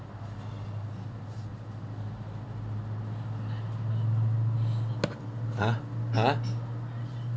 !huh! !huh!